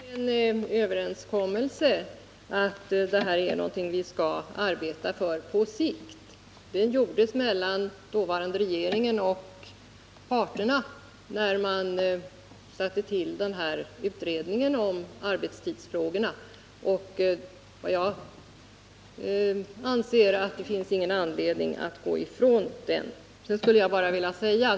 Herr talman! Det finns en överenskommelse om att en arbetstidsförkortning är någonting som vi skall arbeta för på sikt. Den gjordes mellan dåvarande regeringen och representanter för löntagarnas huvudorganisationer när man tillsatte delegationen för arbetstidsfrågor. Jag anser att det inte finns någon anledning att gå ifrån den överenskommelsen.